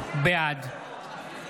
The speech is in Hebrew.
בעד משה